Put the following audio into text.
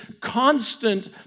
constant